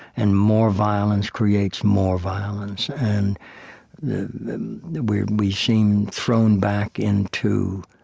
and more violence creates more violence, and we we seem thrown back into